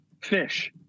fish